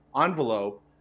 envelope